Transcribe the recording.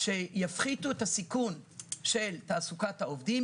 שיפחיתו את הסיכון של תעסוקת העובדים,